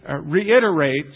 reiterates